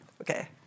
Okay